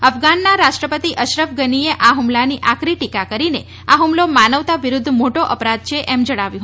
અફઘાનના રાષ્ટ્રપતિ અશરફ ઘની એ આ હુમલાની આકરી ટીકા કરીને આ હુમલો માનવતા વિરુધ્ધ મોટો અપરાધ છે એમ જણાવ્યું